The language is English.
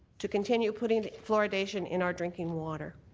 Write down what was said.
to continue putting fluoridation in our drinking water.